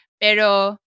Pero